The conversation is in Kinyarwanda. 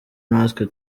natwe